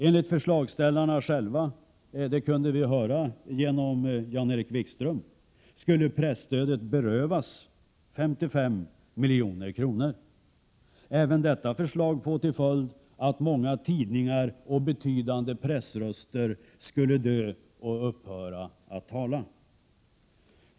Enligt förslagsställarna själva — det kunde vi höra här när Jan-Erik Wikström talade — skulle presstödet berövas 55 milj.kr. Även detta förslag skulle, om det förverkligades, resultera i att många tidningar och betydande pressröster skulle dö, upphöra att tala.